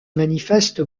manifeste